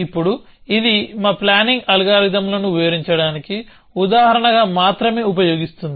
ఇప్పుడు ఇది మా ప్లానింగ్ అల్గారిథమ్లను వివరించడానికి ఉదాహరణగా మాత్రమే ఉపయోగిస్తోంది